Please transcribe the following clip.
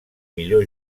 millor